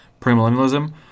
premillennialism